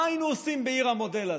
מה היינו עושים בעיר המודל הזאת?